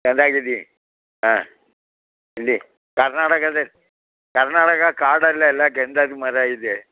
ಚೆನ್ನಾಗಿದೀನ್ ಹಾಂ ಇಲ್ಲಿ ಕರ್ನಾಟಕದ ಕರ್ನಾಟಕ ಕಾಡಲ್ಲೆಲ್ಲ ಗಂಧದ್ ಮರ ಇದೆ